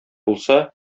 булса